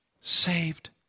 saved